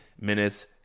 minutes